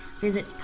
visit